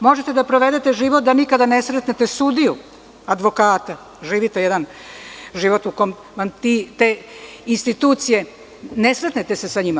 Možete da provedete život da nikada ne sretnete sudiju, advokate, živite jedan život u kom vam te institucije, ne sretnete se sa njima.